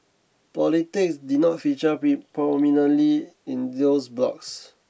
politics did not feature pre prominently in those blogs